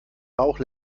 bauch